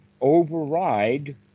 override